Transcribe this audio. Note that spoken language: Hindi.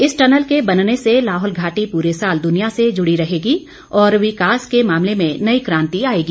इस टनल के बनने से लाहौल घाटी पूरे साल दुनिया से जुड़ी रहेगी और विकास के मामले में नई क्रांति आएगी